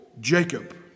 Jacob